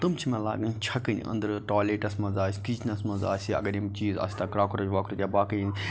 تِم چھِ مےٚ لاگٕنۍ چھَکٕنۍ اِنٛدرٕ ٹولیٹَس مَنٛز آسہِ کِچنَس مَنٛز آسہِ یا اگر یِم چیٖز آسَن کراکروج وراکروج یا باقٕے یِم